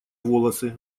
волосы